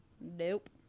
Nope